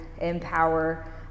empower